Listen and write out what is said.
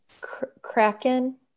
Kraken